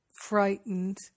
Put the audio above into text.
frightened